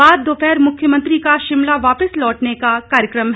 बाद दोपहर मुख्यमंत्री का शिमला वापस लौटने का कार्यक्रम है